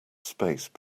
space